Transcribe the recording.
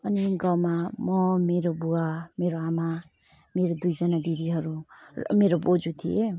अनि गाउँमा म मेरो बुवा मेरो आमा मेरो दुईजना दिदीहरू र मेरो बोज्यू थिए